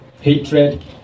hatred